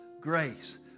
grace